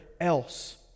else